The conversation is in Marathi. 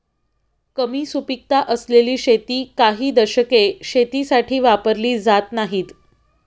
कमी सुपीकता असलेली शेती काही दशके शेतीसाठी वापरली जात नाहीत